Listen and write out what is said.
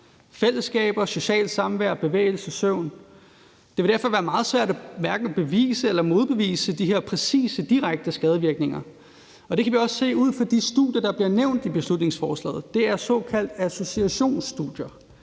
fællesskab, socialt samvær, bevægelse, søvn. Det vil derfor være meget svært bevise eller modbevise de her præcise direkte skadevirkninger. Det kan vi også se ud fra de studier, der bliver nævnt i beslutningsforslaget. Det er såkaldt associationsstudier.